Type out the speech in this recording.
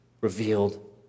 revealed